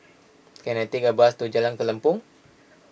can I take a bus to Jalan Kelempong